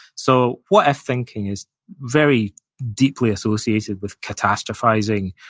so, what-if thinking is very deeply associated with catastrophizing,